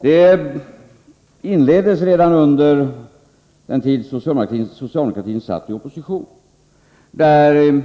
Detta inleddes redan under den tid socialdemokratin satt i opposition, då jag i